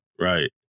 Right